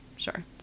Sure